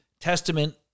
Testament